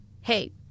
hey